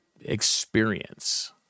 experience